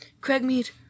Craigmead